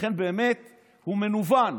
לכן באמת הוא מנוון.